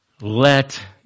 let